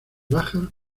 baja